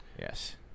Yes